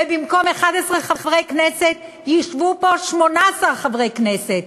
ובמקום 11 חברי כנסת ישבו פה 18 חברי כנסת.